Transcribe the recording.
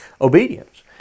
obedience